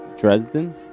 Dresden